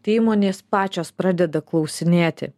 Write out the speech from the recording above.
tai įmonės pačios pradeda klausinėti